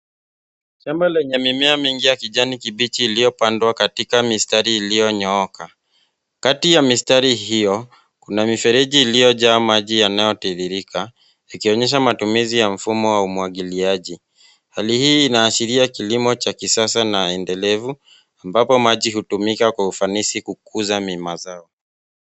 Shamba lenye mimea mingi ya kijani kibichi iliyopandwa katika mistari iliyonyooka, kati ya mistari hio kuna mifereji iliyojaa maji yanayotiririka yakionyesha matumizi ya mfumo wa umwagiliaji, hali hii inaashiria kilimo cha kisasa na endelevu ambapo maji hutumika kwa ufanisi kukuza mazao.